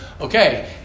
okay